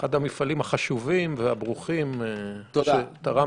אחד המפעלים החשובים והברוכים שתרמת.